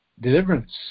deliverance